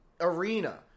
arena